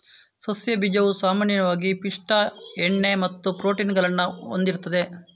ಸಸ್ಯ ಬೀಜವು ಸಾಮಾನ್ಯವಾಗಿ ಪಿಷ್ಟ, ಎಣ್ಣೆ ಮತ್ತು ಪ್ರೋಟೀನ್ ಗಳನ್ನ ಹೊಂದಿರ್ತದೆ